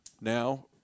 now